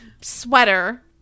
sweater